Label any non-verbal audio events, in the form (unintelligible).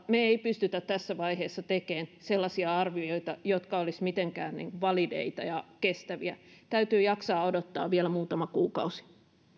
(unintelligible) me emme pysty tässä vaiheessa tekemään sellaisia arvioita jotka olisivat mitenkään valideja ja kestäviä täytyy jaksaa odottaa vielä muutama kuukausi